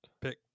pick